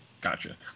Gotcha